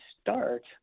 start